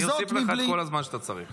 אני אוסיף לך את כל הזמן שאתה צריך.